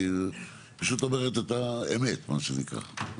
היא פשוט אומרת את האמת, מה שנקרא.